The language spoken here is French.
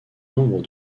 nombre